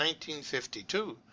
1952